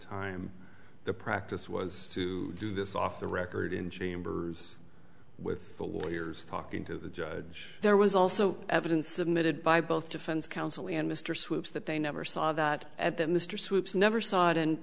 time the practice was to do this off the record in gene bers with the lawyers talking to the judge there was also evidence submitted by both defense counsel and mr sweeps that they never saw that at that mr sweeps never saw it and